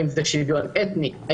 האם זה שוויון אתני,